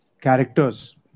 characters